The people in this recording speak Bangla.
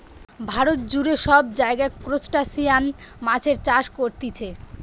ভারত জুড়ে সব জায়গায় ত্রুসটাসিয়ান মাছের চাষ হতিছে